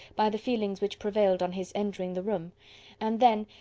by the feelings which prevailed on his entering the room and then,